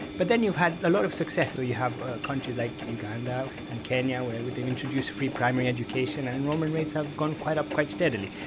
but then you've had a lot of success, so you have a country like uganda and kenya where they've introduced free primary education and enrolment rates have gone up quite steadily.